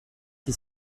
qui